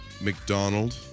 McDonald